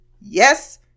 Yes